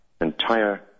entire